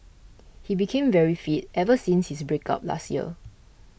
he became very fit ever since his break up last year